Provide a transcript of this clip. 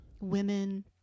women